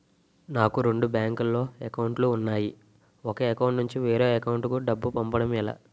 నాకు రెండు బ్యాంక్ లో లో అకౌంట్ లు ఉన్నాయి ఒక అకౌంట్ నుంచి వేరే అకౌంట్ కు డబ్బు పంపడం ఎలా?